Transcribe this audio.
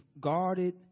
guarded